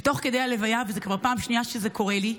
ותוך כדי הלוויה, וזו כבר פעם שנייה שזה קורה לי,